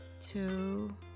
two